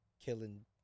killing